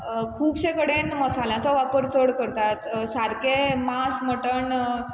खुबशे कडेन मसाल्याचो वापर चड करतात सारकें मास मटण